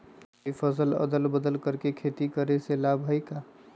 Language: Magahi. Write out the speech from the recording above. कोई फसल अदल बदल कर के खेती करे से लाभ है का?